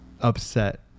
upset